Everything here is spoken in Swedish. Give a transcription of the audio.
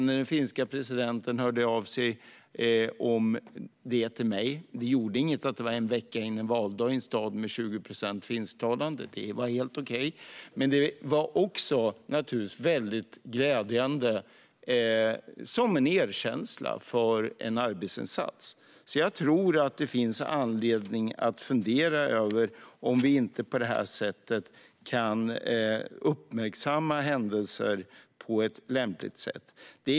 När den finska presidenten hörde av sig till mig om det - det gjorde inget att det var en vecka före en valdag i en stad med 20 procent finsktalande; det var helt okej - var det väldigt glädjande och en erkänsla för en arbetsinsats. Jag tror att det finns anledning att fundera över om vi inte kan uppmärksamma händelser på ett lämpligt sätt.